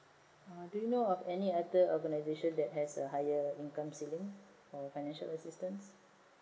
ah do you know of any other organizations that has a higher incomes ceiling or financial assistance